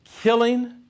Killing